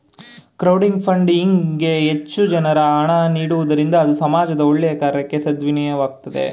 crowding funding ಗೆ ಹೆಚ್ಚು ಜನರು ಹಣ ನೀಡುವುದರಿಂದ ಅದು ಸಮಾಜದ ಒಳ್ಳೆಯ ಕಾರ್ಯಕ್ಕೆ ಸದ್ವಿನಿಯೋಗವಾಗ್ತದೆ